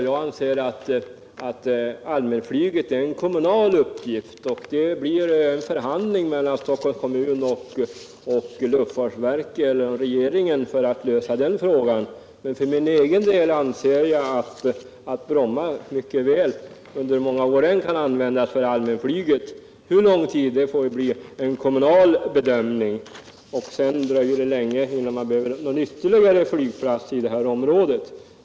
Jag anser att allmänflyget är en kommunal uppgift, och det måste bli förhandlingar mellan Stockholms kommun och luftfartsverket eller regeringen. För min egen del anser jag att Bromma under många år mycket väl kan användas för allmänflyget — för hur lång tid får bli en kommunal bedömningsfråga. Och sedan dröjer det länge innan vi behöver ytterligare flygfält i det här området.